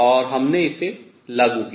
और हमने इसे लागू किया